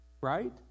Right